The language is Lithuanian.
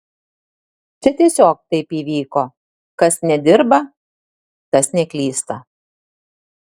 čia tiesiog taip įvyko kas nedirba tas neklysta